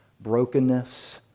brokenness